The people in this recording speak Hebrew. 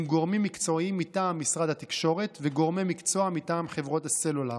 גורמים מקצועיים מטעם משרד התקשורת ועם גורמי מקצוע מטעם חברות הסלולר.